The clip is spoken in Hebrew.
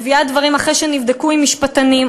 מביאה דברים אחרי שנבדקו עם משפטנים,